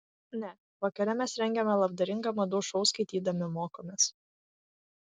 ne vakare mes rengiame labdaringą madų šou skaitydami mokomės